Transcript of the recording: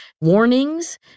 warnings